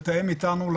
לתאם איתנו,